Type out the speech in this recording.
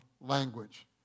language